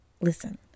Listen